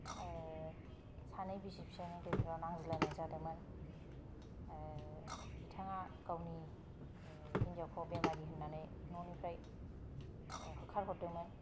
सानै बिसि फिसायनि गेजेराव नांज्लायनाय जादोंमोन बिथाङा गावनि हिनजावखौ बेमारि होननानै न'निफ्राय होखारहरदोंमोन